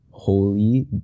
Holy